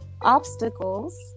obstacles